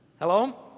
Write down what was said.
Hello